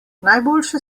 najboljše